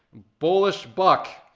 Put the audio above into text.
bulishbuck.